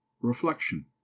Reflection